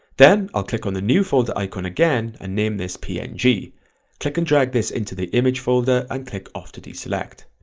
then i'll click on the new folder icon again and name this png, click and drag this into the image folder and click off to deselect.